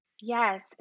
Yes